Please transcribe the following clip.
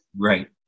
Right